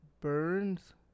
Burns